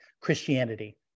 Christianity